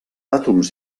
àtoms